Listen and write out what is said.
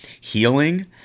healing